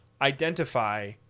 identify